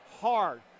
hard